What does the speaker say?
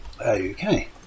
Okay